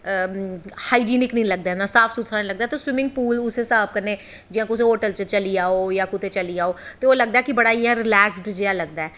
hygienic नी लगदा ऐ ते स्विमिंग पूल साफ सुथरा उस्सै हिसाव कन्नैं जां कुसै होटल च चली जाओ जां कुतै चली जाओ ते ओह् लगदा ऐ कि बड़ा इयां रिलैक्सड जेहा लगदा ऐ